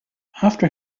after